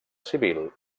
civil